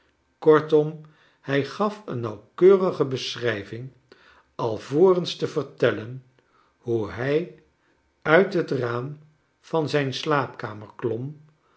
kortom hij gaf een nauwkeurige beschrijving alvorens te vertellen hoe hij uit het raam van zijn slaapkamer klom